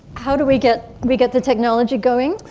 how do we get we get the technology going?